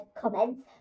comments